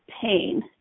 pain